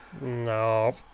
No